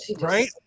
Right